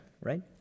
right